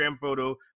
photo